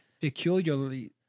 Peculiarly